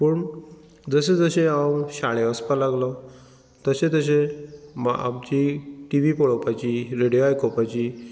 पूण जशें जशें हांव शाळें वचपा लागलो तशें तशें आमची टि वी पोळोपाची रेडियो आयकुपाची